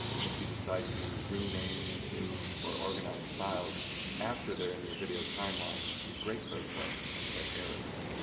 and if you decide to rename, move or organize files after they're in your video timeline, you break those links and get errors.